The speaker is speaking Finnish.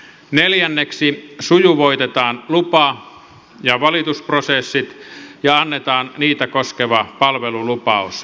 neljänneksi sujuvoitetaan lupa ja valitusprosessit ja annetaan niitä koskeva palvelulupaus